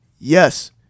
Yes